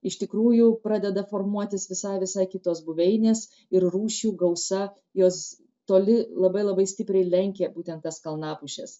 iš tikrųjų pradeda formuotis visai visai kitos buveinės ir rūšių gausa jos toli labai labai stipriai lenkia būtent tas kalnapušes